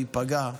הוא ייפגע,